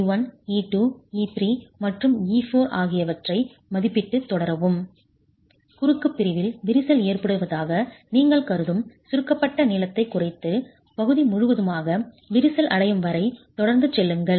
ε1 ε2 ε3 மற்றும் ε4 ஆகியவற்றை மதிப்பிட்டு தொடரவும் குறுக்கு பிரிவில் விரிசல் ஏற்படுவதாக நீங்கள் கருதும் சுருக்கப்பட்ட நீளத்தை குறைத்து பகுதி முழுவதுமாக விரிசல் அடையும் வரை தொடர்ந்து செல்லுங்கள்